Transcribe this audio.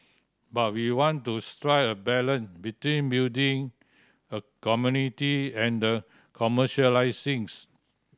but we want to strike a balance between building a community and commercialising